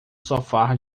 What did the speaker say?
sofá